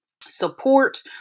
support